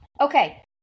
okay